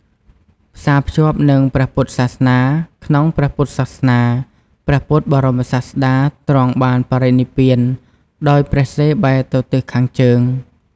ផ្សារភ្ជាប់នឹងព្រះពុទ្ធសាសនា ក្នុងព្រះពុទ្ធសាសនា ព្រះពុទ្ធបរមសាស្តាទ្រង់បានបរិនិព្វានដោយព្រះសិរ្សបែរទៅទិសខាងជើង។